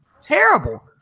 terrible